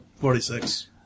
Forty-six